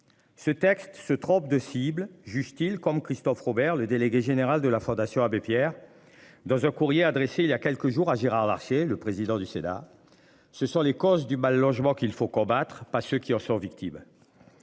Ce texte se trompe de cible, juge-t-il, comme Christophe Robert, le délégué général de la Fondation Abbé Pierre, dans un courrier adressé il y a quelques jours à Gérard Larché, le président du Sénat. Ce sont les causes du mal logement qu'il faut combattre pas ceux qui en sont victimes.